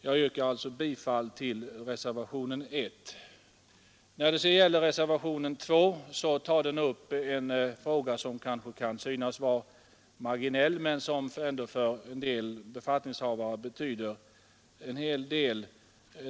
Jag yrkar bifall till reservationen 1. I reservationen 2 tas upp en fråga som kan synas vara marginell men som ändå för många befattningshavare betyder en hel del.